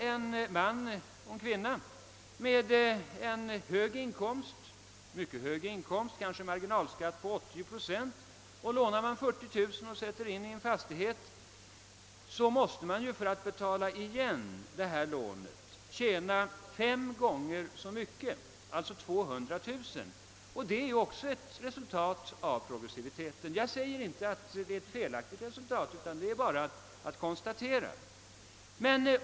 En person med en hög inkomst — mycket hög inkomst, kanske med en marginalskatt på 80 procent — som lånar 40 000 kronor och sätter in dessa i en fastighet, måste för att betala igen lånet tjäna fem gånger så mycket, alltså 200 000 kronor. Det är också ett resultat av progressiviteten. Jag säger inte att det är ett felaktigt resultat, utan det är bara ett konstaterande.